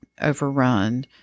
Overrun